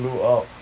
blow up